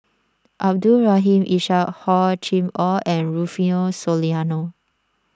Abdul Rahim Ishak Hor Chim or and Rufino Soliano